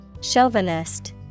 Chauvinist